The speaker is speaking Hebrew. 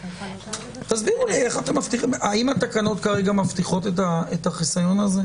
תסבירו לי האם התקנות כרגע מבטיחות את החיסיון הזה?